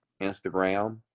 Instagram